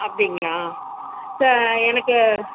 அப்படிங்களா ஸ எனக்கு